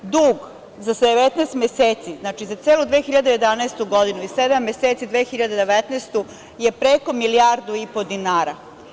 Dug za 19 meseci, znači za celu 2011. godinu i sedam meseci 2012. je preko milijardu i po dinara.